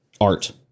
art